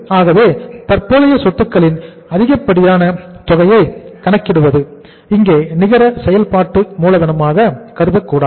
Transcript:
ஆகவே தற்போதைய சொத்துக்களின் அதிகப்படியான தொகையை கணக்கிடுவது இங்கே நிகர செயல்பாட்டு மூலதனமாக கருதக் கூடாது